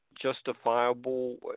justifiable